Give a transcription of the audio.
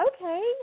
Okay